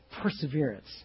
perseverance